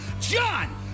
John